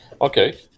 Okay